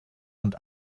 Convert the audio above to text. und